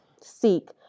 seek